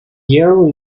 early